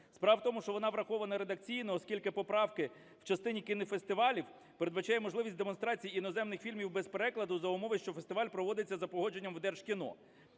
Справа в тому, що вона врахована редакційно, оскільки поправки в частині кінофестивалів передбачає можливість демонстрації іноземних фільмів без перекладу за умови, що фестиваль проводиться за погодженням в Держкіно.